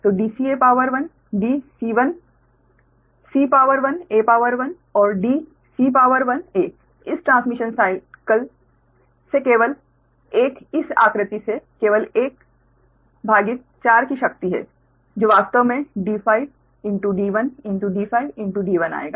तो dca dca और dca इस ट्रांसमिशन साइकल से केवल एक इस आकृति से केवल 1 भागित 4 की शक्ति है जो वास्तव में d5 d1d5d1 आएगा